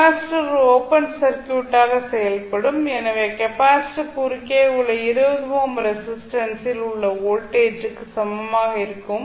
capacitor ஒரு open சர்க்யூட்டாக செயல்படும் எனவே கெப்பாசிட்டர் குறுக்கே உள்ள 20 ஓம் ரெசிஸ்டன்ஸில் உள்ள வோல்டேஜ் க்கு சமமாக இருக்கும்